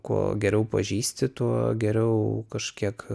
kuo geriau pažįsti tuo geriau kažkiek